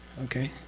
okay?